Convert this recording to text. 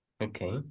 Okay